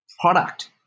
product